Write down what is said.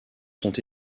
sont